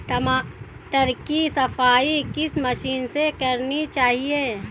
टमाटर की सफाई किस मशीन से करनी चाहिए?